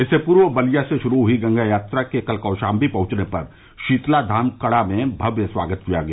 इससे पूर्व बलिया से शुरू हुई गंगा यात्रा के कल कौशाम्बी पहुंचने पर शीतला धाम कड़ा में भव्य स्वागत किया गया